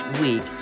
week